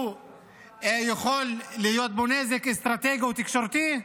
שיכול להיות בו נזק אסטרטגי או תקשורתי,